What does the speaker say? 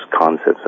concepts